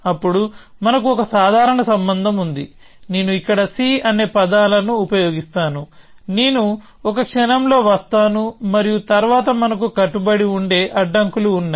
అప్పుడు మనకు ఒక సాధారణ సంబంధం ఉంది నేను ఇక్కడ c అనే పదాలను ఉపయోగిస్తాను నేను ఒక క్షణంలో వస్తాను మరియు తరువాత మనకు కట్టుబడి ఉండే అడ్డంకులు ఉన్నాయి